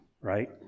Right